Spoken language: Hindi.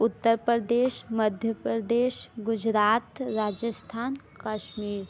उत्तर प्रदेश मध्य प्रदेश गुजरात राजस्थान कश्मीर